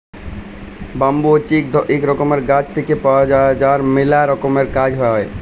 bamboo হছে ইক রকমের গাছ থেক্যে পাওয়া যায় যার ম্যালা রকমের কাজ হ্যয়